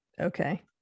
Okay